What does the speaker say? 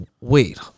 wait